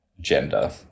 gender